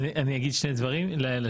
שני דברים.